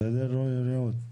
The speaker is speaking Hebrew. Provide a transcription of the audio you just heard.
בסדר, רעות?